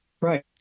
Right